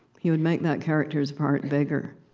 he would make that character's part bigger.